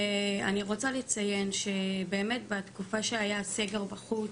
אני רוצה לציין שבתקופה שהיה סגר בחוץ,